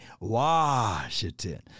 Washington